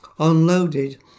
unloaded